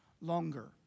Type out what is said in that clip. longer